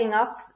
up